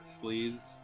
Sleeves